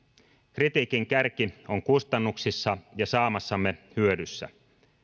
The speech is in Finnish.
kritiikin kärki on kustannuksissa ja saamassamme hyödyssä